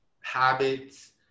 habits